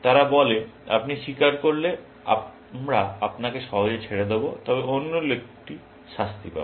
তারা বলে আপনি স্বীকার করলে আমরা আপনাকে সহজে ছেড়ে দেব তবে অন্য লোকটি শাস্তি পাবে